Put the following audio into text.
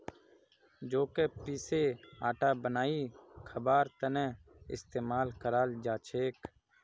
जौ क पीसे आटा बनई खबार त न इस्तमाल कराल जा छेक